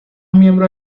miembros